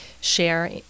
share